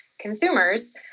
consumers